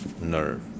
nerve